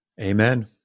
Amen